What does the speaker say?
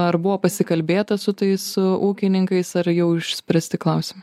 ar buvo pasikalbėta su tais su ūkininkais ar jau išspręsti klausimai